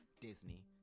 Disney